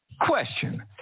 question